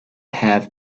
have